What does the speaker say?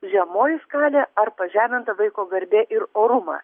žemoji skalė ar pažeminta vaiko garbė ir orumas